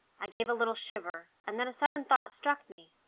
i gave a little shiver, and then a sudden thought struck me.